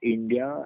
India